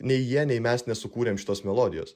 nei jie nei mes nesukūrėm šitos melodijos